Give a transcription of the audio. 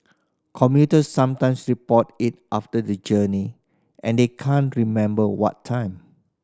commuters sometimes report it after the journey and they can't remember what time